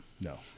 No